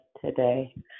today